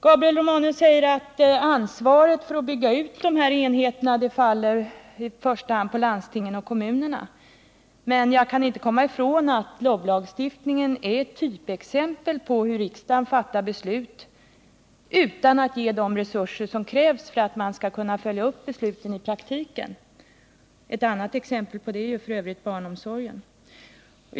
Gabriel Romanus säger att ansvaret för att bygga ut dessa enheter faller i första hand på landstingen och kommunerna. Men jag kan inte komma ifrån att LOB-lagstiftningen är ett typexempel på hur riksdagen fattar beslut utan att ge de resurser som krävs för att man skall kunna följa upp besluten i praktiken. Ett annat exempel på det är barnomsorgen.